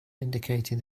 indicating